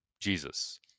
Jesus